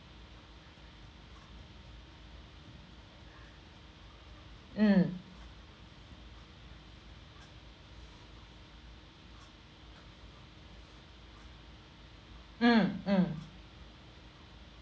mm mm mm